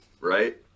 Right